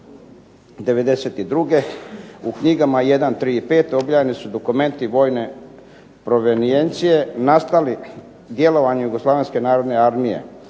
'92. u knjigama jedan, tri i pet objavljeni su dokumenti vojne provenijencije nastali djelovanjem Jugoslavenske narodne armije